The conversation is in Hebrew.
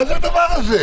מה זה הדבר הזה?